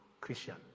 Christian